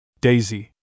Daisy